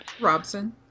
Robson